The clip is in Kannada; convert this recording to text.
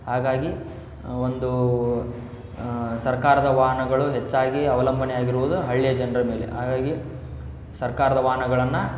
ಹಾಗಾಗಿ ಒಂದು ಸರ್ಕಾರದ ವಾಹನಗಳು ಹೆಚ್ಚಾಗಿ ಅವಲಂಬನೆ ಆಗಿರುವುದು ಹಳ್ಳಿಯ ಜನರ ಮೇಲೆ ಹಾಗಾಗಿ ಸರ್ಕಾರದ ವಾಹನಗಳನ್ನು